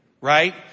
right